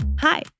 Hi